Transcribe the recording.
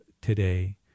today